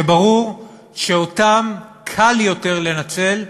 שברור שאותם קל יותר לנצל,